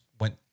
went